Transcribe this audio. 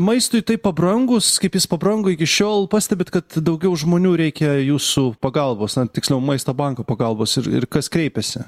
maistui taip pabrangus kaip jis pabrango iki šiol pastebit kad daugiau žmonių reikia jūsų pagalbos na tiksliau maista banko pagalbos ir ir kas kreipiasi